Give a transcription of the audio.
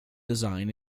design